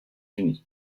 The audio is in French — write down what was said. unis